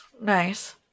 nice